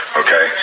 okay